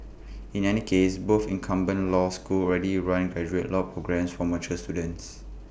in any case both incumbent law schools already run graduate law programmes for mature students